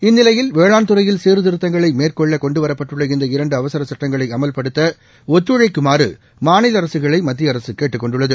இந்நிலையில் வேளாண்துறையில் சீர்திருத்தங்களை மேற்கொள்ளகொண்டு வரப்பட்டுள்ள இந்த இரண்டு அவசர சட்டங்களை அமவ்படுத்த ஒத்துழைக்குமாறு மாநில அரசுகளை மத்திய அரசு கேட்டுக் கொண்டுள்ளது